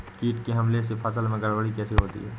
कीट के हमले से फसल में गड़बड़ी कैसे होती है?